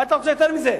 מה אתה רוצה יותר מזה?